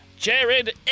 Jared